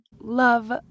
love